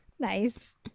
Nice